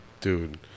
Dude